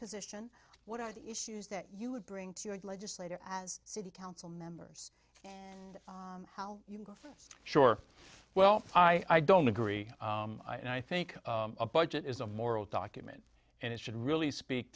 position what are the issues that you would bring to your legislator as a city council members and how you go for sure well i don't agree and i think a budget is a moral document and it should really speak